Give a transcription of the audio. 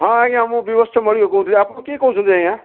ହଁ ଆଜ୍ଞା ମୁଁ ବିଭତ୍ସ୍ୟ ମଲ୍ଲୀକ କହୁଥିଲି ଆପଣ କିଏ କହୁଛନ୍ତି ଆଜ୍ଞା